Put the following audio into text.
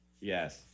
Yes